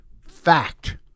Fact